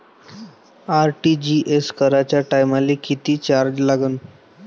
RTGS कराच्या टायमाले किती चार्ज लागन?